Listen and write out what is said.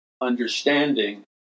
understanding